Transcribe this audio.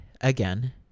again